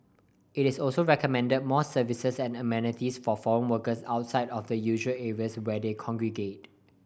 it is also recommended more services and amenities for form workers outside of the usual areas where they congregate